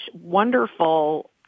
wonderful